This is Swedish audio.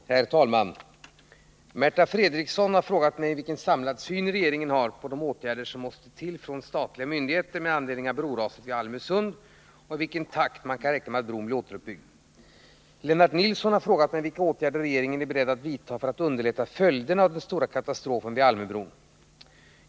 Herr talman! Märta Fredrikson har frågat mig vilken samlad syn regeringen har på de åtgärder som måste till från statliga myndigheter med anledning av broraset vid Almösund och i vilken takt man kan räkna med att bron blir återuppbyggd. Lennart Nilsson har frågat mig vilka åtgärder regeringen är beredd att vidta för att underlätta följderna av den stora katastrofen vid Almöbron.